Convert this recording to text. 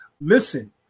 Listen